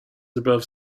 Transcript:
above